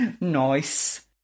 Nice